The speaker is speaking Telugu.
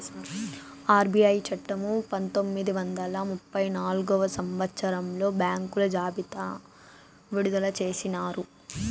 ఆర్బీఐ చట్టము పంతొమ్మిది వందల ముప్పై నాల్గవ సంవచ్చరంలో బ్యాంకుల జాబితా విడుదల చేసినారు